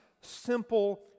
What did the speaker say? simple